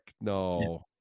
No